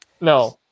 no